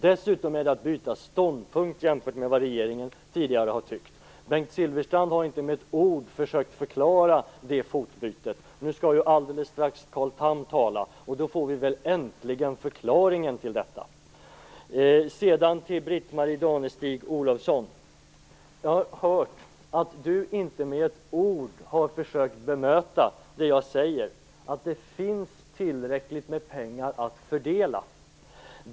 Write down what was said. Dessutom innebär det att byta ståndpunkt, jämfört med vad regeringen tidigare har tyckt. Bengt Silfverstrand har inte med ett ord försökt förklara det fotbytet. Nu skall Carl Tham tala alldeles strax, och då får vi väl äntligen förklaringen till detta. Jag har hört att Britt-Marie Danestig-Olofsson inte med ett ord har försökt bemöta mig när jag säger att det finns tillräckligt med pengar att fördela.